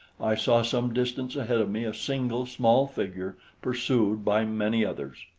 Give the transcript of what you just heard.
i saw some distance ahead of me a single small figure pursued by many others.